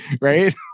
right